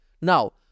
Now